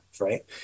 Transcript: right